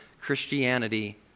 Christianity